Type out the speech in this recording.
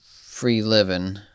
free-living